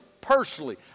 personally